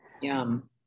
yum